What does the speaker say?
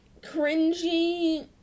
cringy